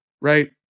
Right